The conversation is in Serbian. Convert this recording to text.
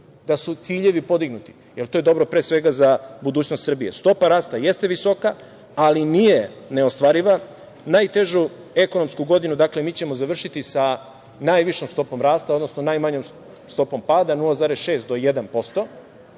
da su ciljevi podignuti, jer to je dobro pre svega za budućnost Srbije. Stopa rasta jeste visoka, ali nije neostvariva. Najtežu ekonomsku godinu mi ćemo završiti sa najvišom stopom rasta, odnosno najmanjom stopom pada 0,6 do 1%